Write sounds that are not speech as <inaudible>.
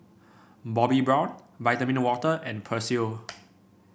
Bobbi Brown Vitamin Water and Persil <noise>